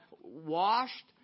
washed